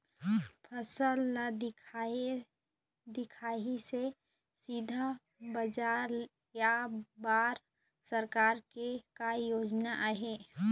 फसल ला दिखाही से सीधा बजार लेय बर सरकार के का योजना आहे?